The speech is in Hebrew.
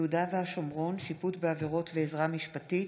(יהודה והשומרון, שיפוט בעבירות ועזרה משפטית),